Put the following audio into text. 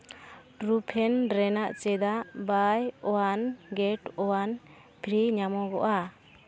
Truefarm ᱨᱮᱱᱟᱜ ᱪᱮᱫᱟᱜ buy one get one free ᱧᱟᱢᱚᱜᱚᱜᱼᱟ